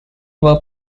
were